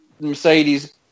Mercedes